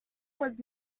was